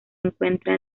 encuentra